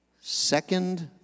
Second